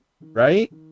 right